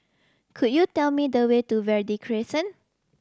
could you tell me the way to Verde Crescent